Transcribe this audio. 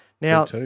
Now